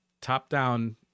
top-down